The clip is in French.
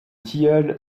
tilleul